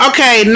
Okay